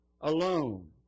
alone